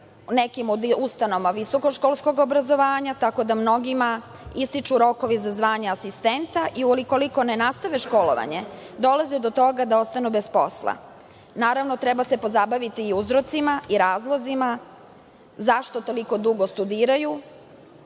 nekim od ustanovama visokoškolskog obrazovanja, tako da mnogima ističu rokovi za zvanje asistenta i ukoliko ne nastave školovanje, dolaze do toga da ostanu bez posla. Naravno, treba se pozabaviti i uzrocima i razlozima zašto toliko dugo studiraju